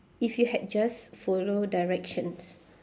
if you had just follow directions